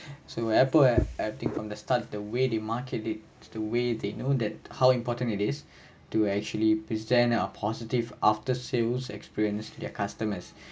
so apple have everything from the start the way they market it the way they know that how important it is to actually present ah positive after sales experience to their customers